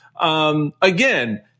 Again